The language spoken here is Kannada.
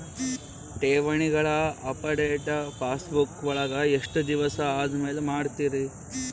ಠೇವಣಿಗಳ ಅಪಡೆಟ ಪಾಸ್ಬುಕ್ ವಳಗ ಎಷ್ಟ ದಿವಸ ಆದಮೇಲೆ ಮಾಡ್ತಿರ್?